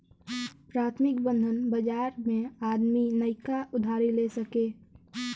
प्राथमिक बंध बाजार मे आदमी नइका उधारी ले सके